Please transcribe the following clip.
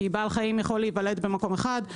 כי בעל חיים יכול להיוולד במקום אחד,